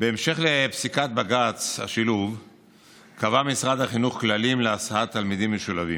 בהמשך לפסיקת בג"ץ השילוב קבע משרד החינוך כללים להסעת תלמידים משולבים.